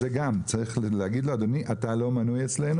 גם במקרה כזה צריך לומר לאותו אדם שהוא לא מנוי אצלנו